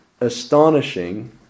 astonishing